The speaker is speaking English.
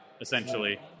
essentially